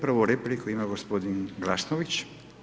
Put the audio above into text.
Prvu replika ima gospodin Glasnović.